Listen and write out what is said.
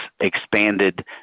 expanded